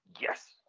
yes